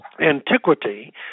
antiquity